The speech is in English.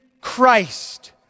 Christ